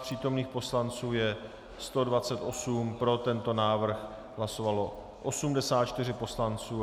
Přítomných poslanců je 128, pro tento návrh hlasovalo 84 poslanců, proti 3.